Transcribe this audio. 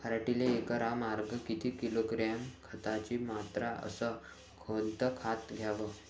पराटीले एकरामागं किती किलोग्रॅम खताची मात्रा अस कोतं खात द्याव?